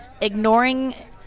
ignoring